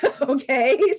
okay